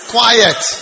Quiet